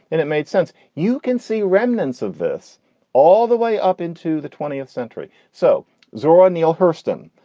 and it made sense. you can see remnants of this all the way up into the twentieth century. so zora neale hurston.